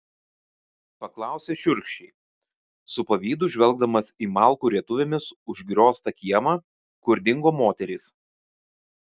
paklausė šiurkščiai su pavydu žvelgdamas į malkų rietuvėmis užgrioztą kiemą kur dingo moterys